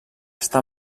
està